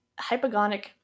hypogonic